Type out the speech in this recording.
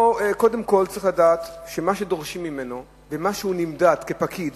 צריך לדעת שמה שדורשים ממנו ומה שהוא נמדד בו כפקיד